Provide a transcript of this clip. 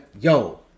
yo